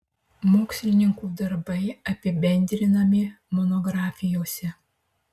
mokslininkų darbai apibendrinami monografijose